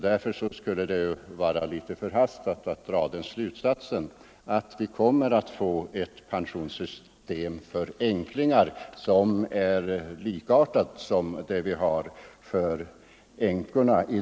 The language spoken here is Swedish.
Därför skulle det vara litet förhastat att dra den slutsatsen att vi kommer att få ett pensionssystem för änklingar av samma slag som vi i dag har för änkorna.